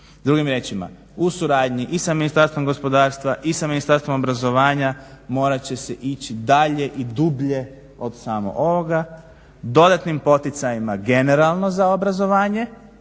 Drugim riječima, u suradnji i sa Ministarstvom gospodarstva i sa Ministarstvom obrazovanja morat će se ići dalje i dublje od samo ovoga, dodatnim poticajima generalno za obrazovanje